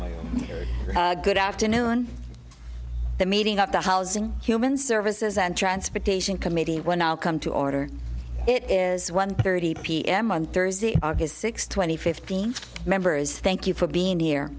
good afternoon the meeting of the housing human services and transportation committee when i'll come to order it is one thirty p m on thursday august sixth twenty fifteen members thank you for being here